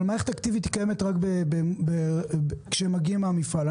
אבל מערכת אקטיבית קיימת רק ברכבים שמגיעים מהמפעל.